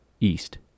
East